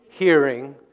Hearing